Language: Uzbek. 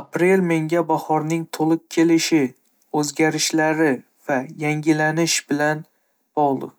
Aprel menga bahorning to'liq kelishi, o'zgarishlar va yangilanish bilan bog'liq.